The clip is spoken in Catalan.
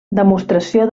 demostració